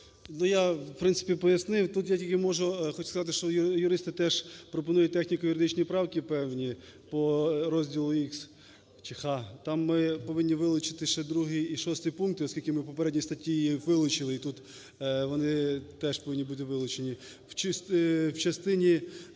Я, в принципі, пояснив. Тут я тільки можу, хочу сказати, що юристи теж пропонують техніко-юридичні правки певні по розділу Ікс чи Х. Там ми повинні вилучити ще другий і шостий пункти, оскільки ми в попередній статті їх вилучили і тут вони теж повинні бути вилучені.